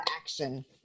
action